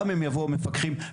גם אם יבואו מפקחים,